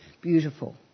beautiful